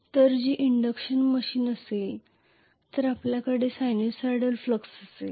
जर ते induction machine असेल तर आपल्याकडे सायनुसायडल फ्लक्स असेल